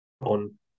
on